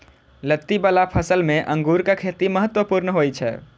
लत्ती बला फसल मे अंगूरक खेती महत्वपूर्ण होइ छै